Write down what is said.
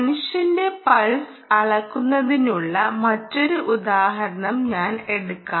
മനുഷ്യന്റെ പൾസ് അളക്കുന്നതിനുള്ള മറ്റൊരു ഉദാഹരണം ഞാൻ എടുക്കും